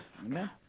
Amen